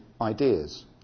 ideas